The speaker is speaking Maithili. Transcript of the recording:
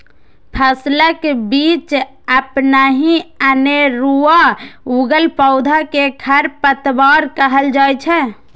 फसलक बीच अपनहि अनेरुआ उगल पौधा कें खरपतवार कहल जाइ छै